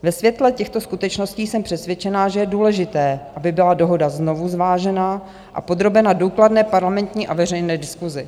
Ve světle těchto skutečností jsem přesvědčena, že je důležité, aby byla dohoda znovu zvážena a podrobena důkladné parlamentní a veřejné diskusi.